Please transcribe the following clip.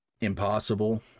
impossible